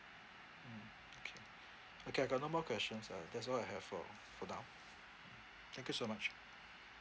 mm okay okay I got no more questions uh that's all I have for for now thank you so much